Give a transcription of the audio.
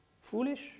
Foolish